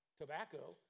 tobacco